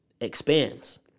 expands